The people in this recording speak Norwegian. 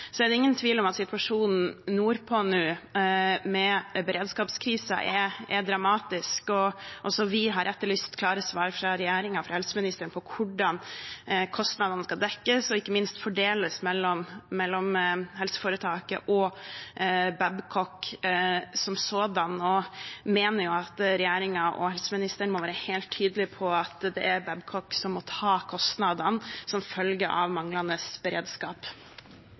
Så er det ingen tvil om at situasjonen nordpå med beredskapskrisen er dramatisk, og også vi har etterlyst klare svar fra regjeringen og helseministeren på hvordan kostnadene skal dekkes og ikke minst fordeles mellom helseforetaket og Babcock som sådan. Vi mener at regjeringen og helseministeren må være helt tydelig på at det er Babcock som må ta kostnadene som følge av manglende beredskap.